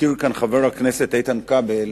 הזכיר כאן חבר הכנסת איתן כבל,